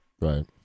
Right